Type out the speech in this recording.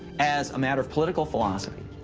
as a matter of political philosophy,